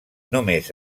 només